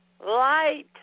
light